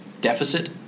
deficit